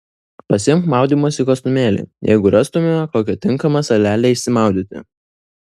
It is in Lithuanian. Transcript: pasiimk maudymosi kostiumėlį jeigu rastumėme kokią tinkamą salelę išsimaudyti